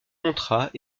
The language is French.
contrat